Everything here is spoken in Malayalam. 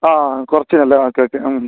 ആ കുറച്ചിന് അല്ലെ ഓക്കെ ഓക്കെ ഉം